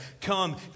come